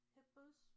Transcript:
Hippos